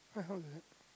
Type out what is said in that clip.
what hell is it